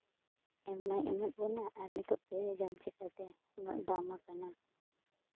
ᱮᱢ ᱢᱟᱭ ᱮᱢᱚᱜ ᱠᱟᱱᱟ ᱟᱨ ᱱᱤᱛᱚᱜ ᱯᱮᱨᱮᱡᱟᱢ ᱪᱤᱠᱟᱹᱛᱮ ᱩᱱᱟᱹᱜ ᱫᱟᱢ ᱟᱠᱟᱱᱟ